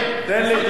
תן לי,